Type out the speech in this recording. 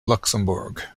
luxembourg